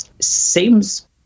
seems